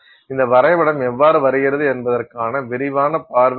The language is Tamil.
அந்த வரைபடம் எவ்வாறு வருகிறது என்பதற்கான விரைவான பார்வை இது